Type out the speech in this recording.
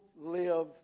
live